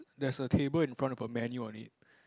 there's a table in front with a menu on it